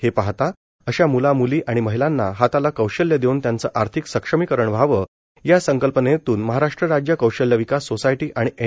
हे पाहता अश्या मुला मुली आणि महिलांना हाताला कौशल्य देऊन त्यांचे आर्थिक सक्षमिकरण व्हावे या संकल्पनेतृन महाराष्ट्र राज्य कौशल्यविकास सोसायटी आणि एन